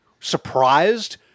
surprised